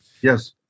Yes